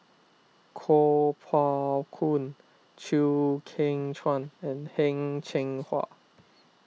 Kuo Pao Kun Chew Kheng Chuan and Heng Cheng Hwa